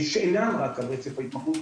שאינן רק על רצף ההתמכרות,